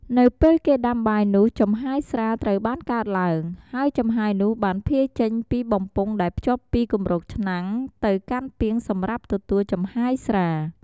នៅពេលគេដាំបាយនោះ ចំហាយស្រាត្រូវបានកើតឡើង ហើយចំហាយនោះបានភាយចេញពីបំពង់ដែលភ្ជាប់ពីគម្របឆ្នាំងទៅកាន់ពាងសម្រាប់ទទួលចំហាយស្រា។